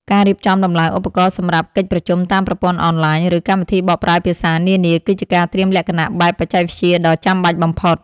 ការរៀបចំដំឡើងឧបករណ៍សម្រាប់កិច្ចប្រជុំតាមប្រព័ន្ធអនឡាញ ឬ កម្មវិធីបកប្រែភាសានានា គឺជាការត្រៀមលក្ខណៈបែបបច្ចេកវិទ្យាដ៏ចាំបាច់បំផុត។